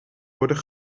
worden